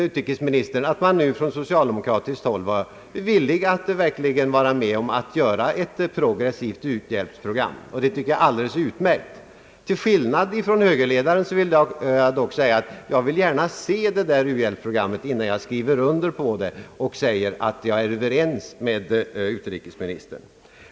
Utrikesministern förklarade att man nu från socialdemokratiskt håll verkligen ville vara med om att utforma ett progressivt u-hjälpsprogram. Det tycker jag är alldeles utmärkt. Till skillnad från högerledaren säger jag dock, att jag gärna vill se det där u-hjälpsprogrammet innan jag skriver under på det och förklarar att jag är överens med utrikesministern.